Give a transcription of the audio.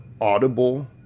audible